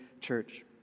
church